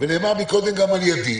ונאמר קודם גם על-ידי,